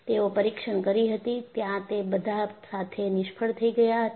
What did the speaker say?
તેઓએ પરીક્ષણ કરી હતી ત્યાં તે બધા સાથે નિષ્ફળ થઈ ગયા હતા